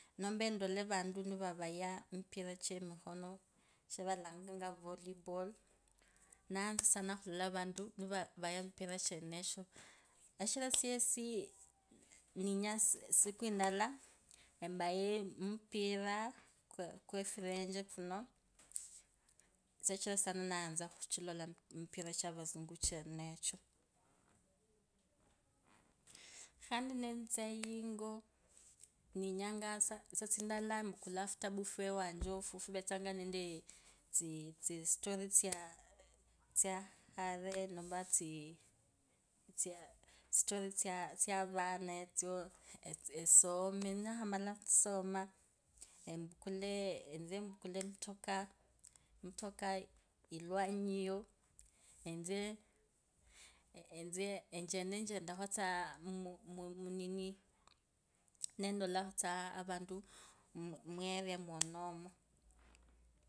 Nomba vantu nivavaga mipira chemikhono chavandanganya valiball, nayatsa sana khulola vantu nivavaga mipira chenecho. Nesichira siesi ninyanga isiku indala, embaye mpira, khukefureche kuno shichira sana nayatsa kulola mpira kwa vasungu chenecho. Khandi netsa ingo, ninyanga satsindala ambugulanga futapu fwewanje afwofufententsa nga nenda tsi tsitori tsaa tsakhale nomba tsi tsatsavana etso esome, nakhumala khusoma, empukulee. etseempukule emutoka emutoka ewanyi ewo etse etse echendechende kho tsaa mmh. munini nendolakho tsavantu mueria munomo.